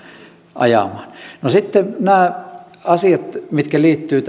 ajamaan no sitten nämä asiat mitkä liittyvät